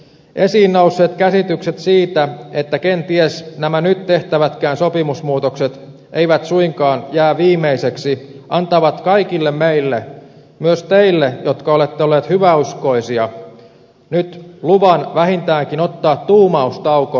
esiin nousseet käsitykset siitä että kenties nämä nyt tehtävätkään sopimusmuutokset eivät suinkaan jää viimeisiksi antavat kaikille meille myös teille jotka olette olleet hyväuskoisia nyt luvan vähintäänkin ottaa tuumaustauko asian kanssa